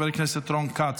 חבר הכנסת רון כץ,